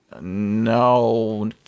no